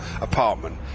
apartment